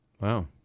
Wow